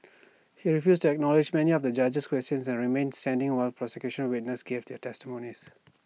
he refused to acknowledge many of the judge's questions and remained standing while prosecution witnesses gave their testimonies